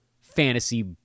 fantasy